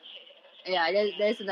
but ya